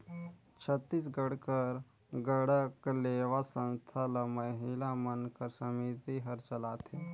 छत्तीसगढ़ कर गढ़कलेवा संस्था ल महिला मन कर समिति हर चलाथे